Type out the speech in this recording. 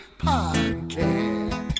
Podcast